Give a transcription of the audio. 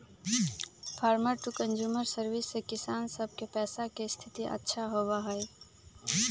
farmer to consumer service से किसान सब के पैसा के स्थिति अच्छा होबा हई